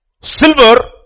silver